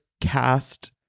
cast